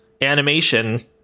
animation